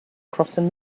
crossing